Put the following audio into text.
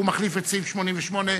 שמחליף את סעיף 88,